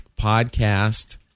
podcast